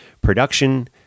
Production